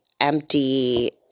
empty